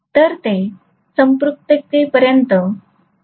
तर ते संपृक्ततेपर्यंत पोहोचते